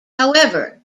however